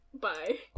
Bye